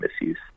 misuse